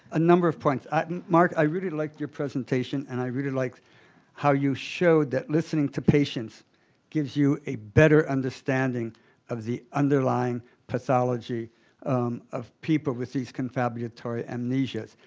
a number of points. mark, i really liked your presentation, and i really liked how you showed that listening to patients gives you a better understanding of the underlying pathology of people with these confabulatory amnesias.